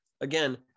again